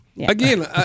Again